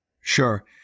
Sure